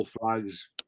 Flags